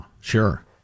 Sure